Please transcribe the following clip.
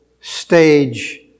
stage